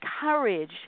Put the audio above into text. courage